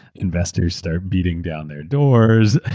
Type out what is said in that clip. investors start beating down their doors.